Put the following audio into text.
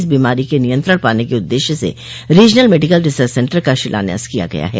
इस बीमारी के नियत्रण पाने के उद्देश्य से रीजनल मेडिकल रिसर्च सेन्टर का शिलान्यास किया गया है